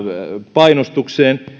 painostukseen